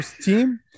team